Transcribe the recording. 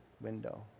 window